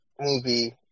movie